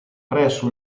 presso